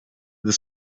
the